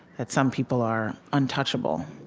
that some people are untouchable.